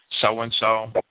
So-and-so